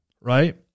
right